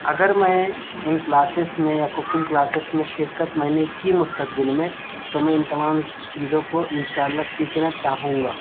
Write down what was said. اگر میں ان کلاسیس میں یا کوکنگ کلاسیس میں شرکت میں نے کی مستقبل میں تو میں ان تمام چیزوں کو انشاء اللہ سیکھنا چاہوں گا